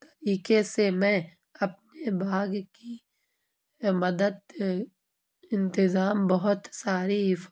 طریقے سے میں اپنے باغ کی مدد انتظام بہت ساری